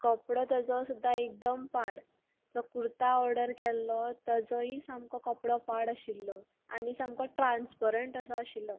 कपडो ताजो सुद्दां एकदम पाड तो कुर्ता ऑर्डर केल्लो ताजोयी सामको कपडो पाड आशिल्लो आनी सामको ट्रान्सपरंट असो आशिल्लो